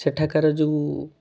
ସେଠାକାର ଯେଉଁ